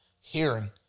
hearing